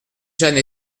jane